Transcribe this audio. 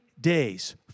days